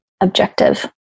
objective